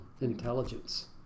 intelligence